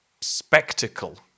spectacle